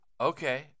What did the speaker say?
Okay